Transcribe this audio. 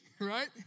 Right